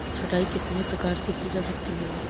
छँटाई कितने प्रकार से की जा सकती है?